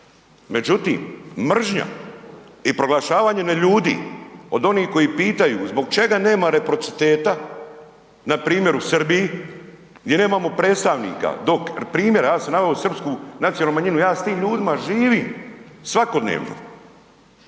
Međutim, mržnja i proglašavanje neljudi od onih koji pitaju zbog čega nema reciprociteta npr. u Srbiji, gdje nemamo predstavnika, dok primjera, ja sam naveo srpsku nacionalnu manjinu, ja sa tim ljudima živim svakodnevno